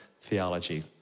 theology